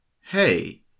hey